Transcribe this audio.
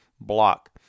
block